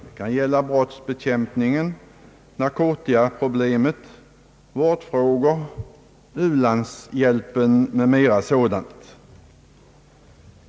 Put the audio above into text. Det kan här gälla brottsbekämpandet, narkotikaproblemet, vårdfrågor och u-landshjälpen m.m.